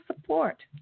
support